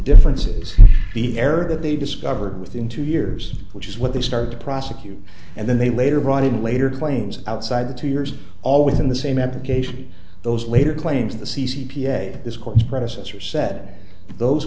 differences the error that they discovered within two years which is what they started to prosecute and then they later brought in later claims outside the two years always in the same application those later claims the c c p a this course predecessor said those